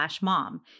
mom